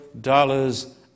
dollars